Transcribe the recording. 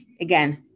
again